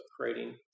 creating